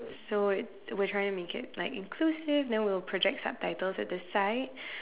so it's we're trying to make it like inclusive then we'll project subtitles at the side